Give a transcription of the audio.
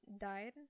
died